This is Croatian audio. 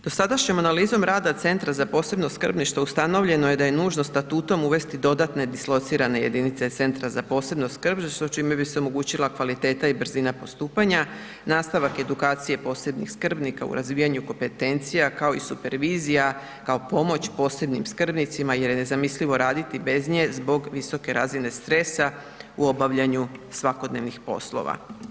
Dosadašnjom analizom rada Centra za posebno skrbništvo ustanovljeno je da je nužno statutom uvesti dodatne dislocirane jedinice Centra za posebno skrbništvo čime bi se omogućila kvaliteta i brzina postupanja, nastavak edukacije posebnih skrbnika u razvijanju kompetencija kao i supervizija, kao pomoć posebnim skrbnicima jer je nezamislivo radi bez nje zbog visoke razine stresa u obavljanju svakodnevnih poslova.